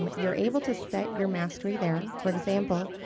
um you're able to set your mastery there, for example,